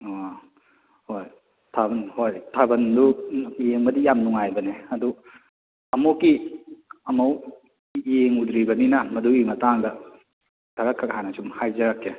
ꯑꯥ ꯍꯣꯏ ꯊꯥꯕꯜ ꯍꯣꯏ ꯊꯥꯕꯜꯗꯨ ꯌꯦꯡꯕꯗꯤ ꯌꯥꯝ ꯅꯨꯡꯉꯥꯏꯕꯅꯤ ꯑꯗꯨ ꯑꯃꯨꯛꯀꯤ ꯑꯃꯐꯧ ꯌꯦꯡꯉꯨꯗ꯭ꯔꯤꯕꯅꯤꯅ ꯃꯗꯨꯒꯤ ꯃꯇꯥꯡꯗ ꯈꯔꯈꯛ ꯍꯥꯟꯅ ꯁꯨꯝ ꯍꯥꯏꯖꯔꯛꯀꯦ